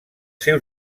seus